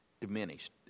diminished